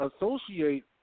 associate